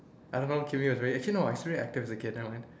I don't know was really actually no I ah that was a kid never mind